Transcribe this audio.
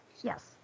yes